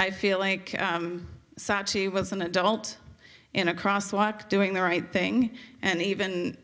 i feel like she was an adult in a crosswalk doing the right thing and even